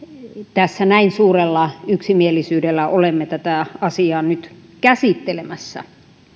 tässä näin suurella yksimielisyydellä olemme tätä asiaa nyt käsittelemässä